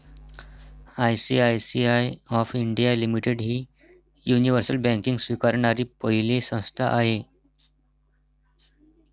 ICICI of India limited ही universal banking स्वीकारणारी पहिली संस्था आहे